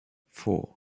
four